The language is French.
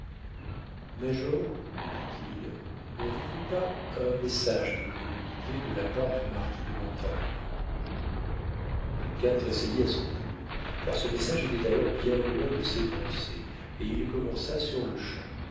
major lui dit-il n'avez-vous pas un message à me communiquer de la part du marquis de montcalm duncan tressaillit à son tour car ce message était alors bien loin de ses pensées et il commença sur-le-champ